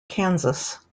kansas